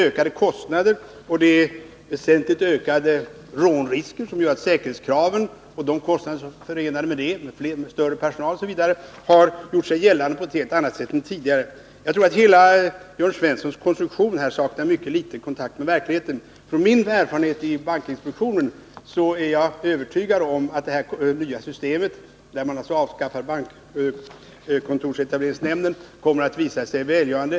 Rånrisken har också ökat väsentligt, vilket har medfört att de kostnader som är förenade med de strängare säkerhetskraven har gjort sig gällande på helt annat sätt än tidigare. Jörn Svenssons hela konstruktion har mycket liten kontakt med verkligheten. Jag är — utifrån min erfarenhet från bankinspektionen — övertygad om att det nya systemet, där man alltså avskaffar nämnden för bankkontorsetablering, kommer att visa sig välgörande.